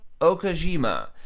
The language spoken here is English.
Okajima